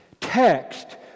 text